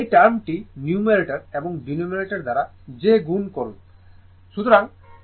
এই টার্ম টি নিউমারেটর এবং ডেনোমিনেটর দ্বারা j গুণ করে